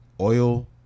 oil